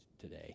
today